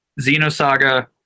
Xenosaga